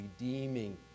redeeming